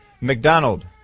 McDonald